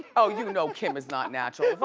oh you know kim is not natural.